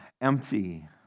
empty